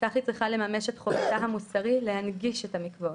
כך היא צריכה לממש את חובתה המוסרית להנגיש את המקוואות.